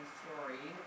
story